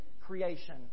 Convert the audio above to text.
creation